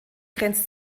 grenzt